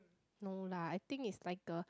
no lah I think is like a